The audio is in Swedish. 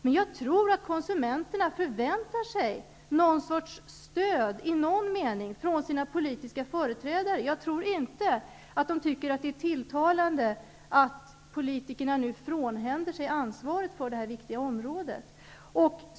Men jag tror att konsumenterna förväntar sig något slags stöd i någon mening från sina politiska företrädare. Jag tror inte att de tycker att det är tilltalande att politikerna nu frånhänder sig ansvaret för det här viktiga området.